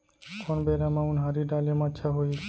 कोन बेरा म उनहारी डाले म अच्छा होही?